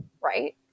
right